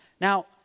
Now